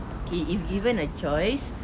okay if given a choice